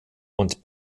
und